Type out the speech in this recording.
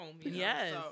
Yes